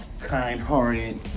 kind-hearted